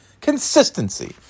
Consistency